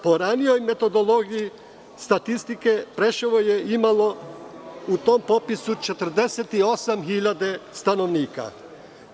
Po ranijoj metodologiji statistike Preševo je imalo u tom popisu 48.000 stanovnika.